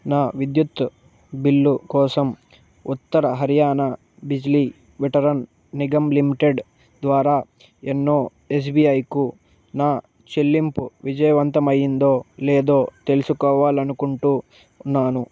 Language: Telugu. నా విద్యుత్ బిల్లు కోసం ఉత్తర హర్యానా బిజ్లీ విటరన్ నిగమ్ లిమిటెడ్ ద్వారా యోనో ఎస్ బీ ఐ కు నా చెల్లింపు విజయవంతమైందో లేదో తెలుసుకోవాలనుకుంటు ఉన్నాను